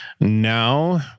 now